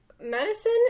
medicine